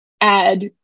add